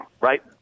right